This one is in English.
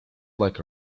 like